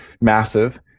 massive